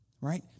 Right